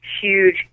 huge